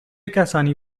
کسانی